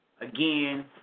Again